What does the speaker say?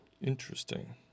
Interesting